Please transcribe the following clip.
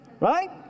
right